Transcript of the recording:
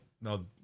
no